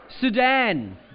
Sudan